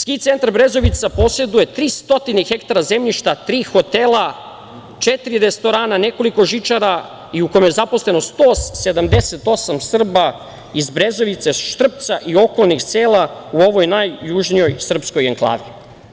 Ski centar Brezovica poseduje 300 hektara zemljišta, tri hotela, četiri restorana, nekoliko žičara, u kome je zaposleno 178 Srba iz Brezovice, Štrpca i okolnih sela u ovoj najjužnijoj srpskoj enklavi.